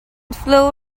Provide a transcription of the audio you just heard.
flow